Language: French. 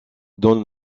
donne